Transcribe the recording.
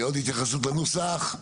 עוד התייחסות לנוסח?